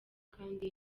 kandi